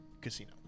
casino